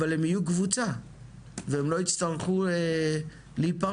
אבל הם יהיו קבוצה והם לא יצטרכו להיפרד.